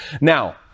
Now